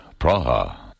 Praha